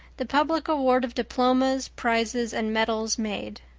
the public award of diplomas, prizes and medals made.